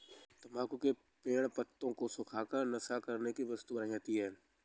तम्बाकू के पेड़ पत्तों को सुखा कर नशा करने की वस्तु बनाई जाती है